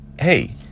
hey